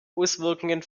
auswirkungen